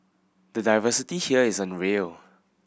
the diversity here is unreal